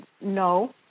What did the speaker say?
No